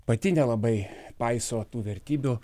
pati nelabai paiso tų vertybių